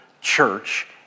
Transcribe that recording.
church